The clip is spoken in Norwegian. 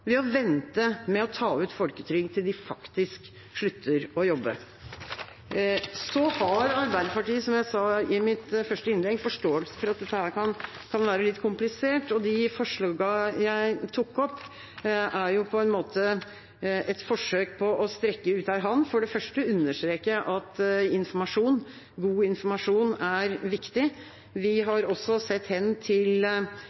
ved å vente med å ta ut folketrygd til de faktisk slutter å jobbe. Så har Arbeiderpartiet, som jeg sa i mitt første innlegg, forståelse for at dette kan være litt komplisert. De forslagene jeg tok opp, er på en måte et forsøk på å strekke ut en hånd. For det første understreker jeg at god informasjon er viktig. Vi